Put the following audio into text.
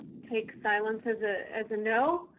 take silence as a as a no.